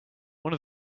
one